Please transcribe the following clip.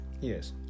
Yes